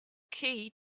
key